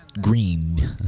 green